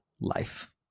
life